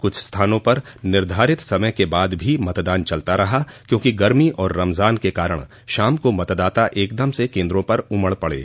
कुछ स्थानों पर निर्धारित समय के बाद भी मतदान चलता रहा क्योंकि गर्मी और रमजान के कारण शाम को मतदाता एकदम से केन्द्रों पर उमड़ पड़े